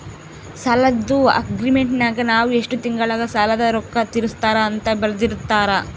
ಸಾಲದ್ದು ಅಗ್ರೀಮೆಂಟಿನಗ ನಾವು ಎಷ್ಟು ತಿಂಗಳಗ ಸಾಲದ ರೊಕ್ಕ ತೀರಿಸುತ್ತಾರ ಅಂತ ಬರೆರ್ದಿರುತ್ತಾರ